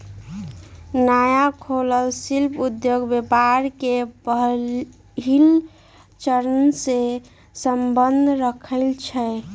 नया खोलल शिल्पि उद्योग व्यापार के पहिल चरणसे सम्बंध रखइ छै